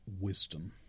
wisdom